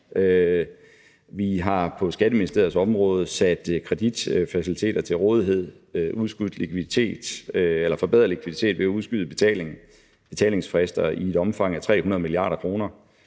vi har på Skatteministeriets område stillet kreditfaciliteter til rådighed og forbedret likviditet ved at udskyde betalingsfrister i et omfang af 300 mia. kr.